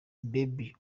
baby